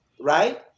right